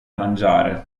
mangiare